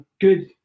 good